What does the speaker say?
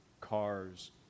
cars